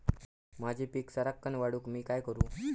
माझी पीक सराक्कन वाढूक मी काय करू?